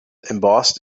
embossed